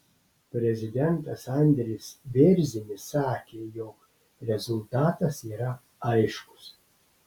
prezidentas andris bėrzinis sakė jog rezultatas yra aiškus